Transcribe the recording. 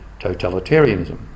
totalitarianism